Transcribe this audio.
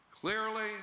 clearly